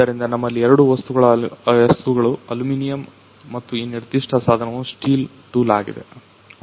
ಆದ್ದರಿಂದ ನಮ್ಮಲ್ಲಿ ಎರಡು ವಸ್ತುಗಳು ಅಲ್ಯೂಮಿನಿಯಂ ಮತ್ತು ಈ ನಿರ್ದಿಷ್ಟ ಸಾಧನವು ಸ್ಟೀಲ್ ಟೂಲ್ ಆಗಿದೆ